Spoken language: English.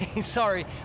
sorry